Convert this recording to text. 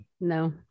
No